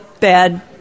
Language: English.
bad